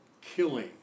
killing